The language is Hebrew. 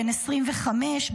בן 25,